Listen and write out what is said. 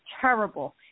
terrible